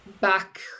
back